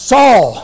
Saul